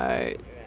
right